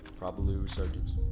probably resurgence.